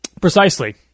Precisely